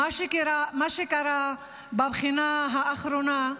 מה שקרה בבחינה האחרונה,